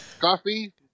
Coffee